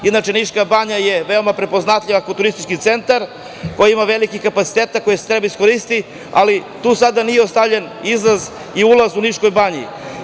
Inače, Niška banja je veoma prepoznatljiva kao turistički centar, ima velike kapacitete koje treba iskoristiti, ali tu sada nije ostavljen izlaz i ulaz u Nišku banju.